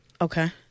Okay